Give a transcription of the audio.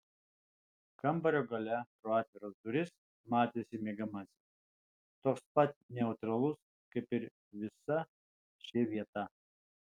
kambario gale pro atviras duris matėsi miegamasis toks pat neutralus kaip ir visa ši vieta